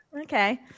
okay